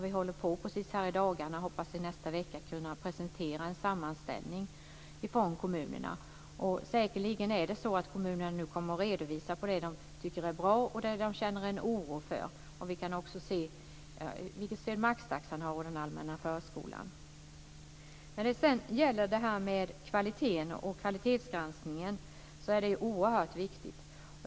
Vi håller på precis i dagarna och hoppas att i nästa vecka kunna presentera en sammanställning från kommunerna. Säkerligen kommer kommunerna att redovisa både det de tycker är bra och det de känner en oro för. Vi kan också se vilket stöd maxtaxan och den allmänna förskolan har. Kvaliteten och kvalitetsgranskningen är oerhört viktiga.